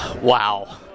Wow